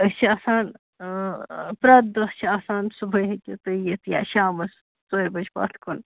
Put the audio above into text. أسۍ چھِ آسان پرٚٮ۪تھ دوہ چھِ آسان صُبحٲے ہیٚکِو تُہۍ یِتھ یا شامَس ژورِ بَجہ پَتھ کُن